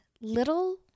little